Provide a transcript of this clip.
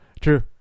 True